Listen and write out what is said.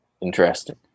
Interesting